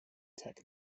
tech